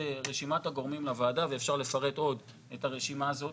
רשימת הגורמים לוועדה ואפשר לפרט עוד את הרשימה הזאת.